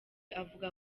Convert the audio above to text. avuga